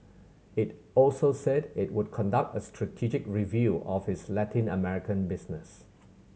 it also said it would conduct a strategic review of its Latin American business